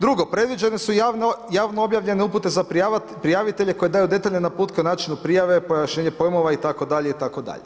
Drugo, predviđene su javno objavljene upute za prijavitelje koji daju detaljne naputke o način prijave, pojašnjenje pojmova itd. itd.